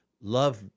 love